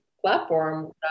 platform